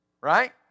Right